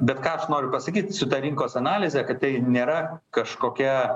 bet ką aš noriu pasakyt su ta rinkos analize kad tai nėra kažkokia